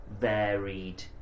varied